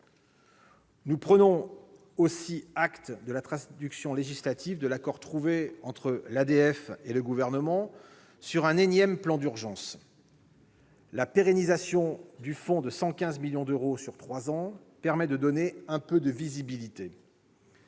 Nous prenons aussi acte de la traduction législative de l'accord trouvé entre l'Assemblée des départements de France et le Gouvernement sur un énième plan d'urgence. La pérennisation du fonds de 115 millions d'euros sur trois ans permet de donner un peu de visibilité.